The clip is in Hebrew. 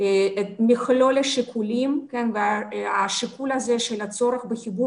את מכלול השיקולים והשיקול הזה של הצורך בחיבור